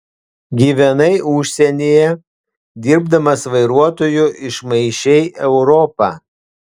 gyvenai užsienyje dirbdamas vairuotoju išmaišei europą